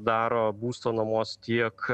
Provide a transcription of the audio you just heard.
daro būsto nuomos tiek a